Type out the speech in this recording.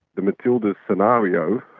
the matildas' scenario,